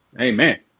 Amen